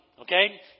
Okay